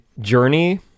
journey